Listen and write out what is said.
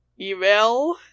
email